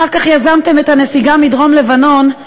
אחר כך יזמתם את הנסיגה מדרום-לבנון,